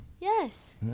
Yes